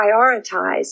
prioritize